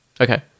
Okay